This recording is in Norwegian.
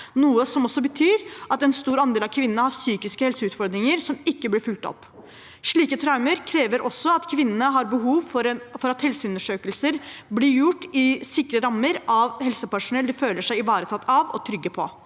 noe som også betyr at en stor andel av kvinnene har psykiske helseutfordringer som ikke blir fulgt opp. Slike traumer gjør også at kvinnene har behov for at helseundersøkelser blir gjort i sikre rammer, av helsepersonell de føler seg ivaretatt av og trygge på.